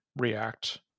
React